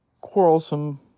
quarrelsome